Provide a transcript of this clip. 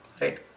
right